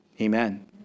Amen